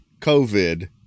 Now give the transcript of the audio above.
COVID